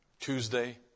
Tuesday